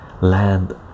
land